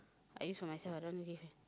I use for myself I don't give